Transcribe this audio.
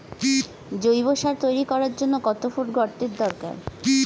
জৈব সার তৈরি করার জন্য কত ফুট গর্তের দরকার?